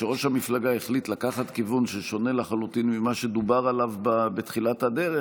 כשראש המפלגה לוקח כיוון שהוא שונה לחלוטין ממה שדובר עליו בתחילת הדרך,